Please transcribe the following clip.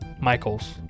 Michael's